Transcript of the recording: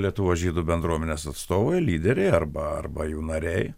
lietuvos žydų bendruomenės atstovai lyderiai arba arba jų nariai